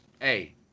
hey